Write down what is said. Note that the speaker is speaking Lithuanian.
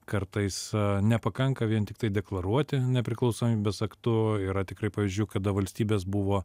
kartais nepakanka vien tiktai deklaruoti nepriklausomybės aktu yra tikrai pavyzdžių kada valstybės buvo